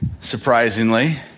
surprisingly